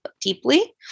deeply